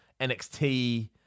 nxt